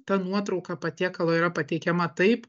ta nuotrauka patiekalo yra pateikiama taip